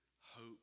hope